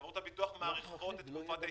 חברות הביטוח מאריכות את תקופת ההתיישנות.